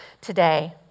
today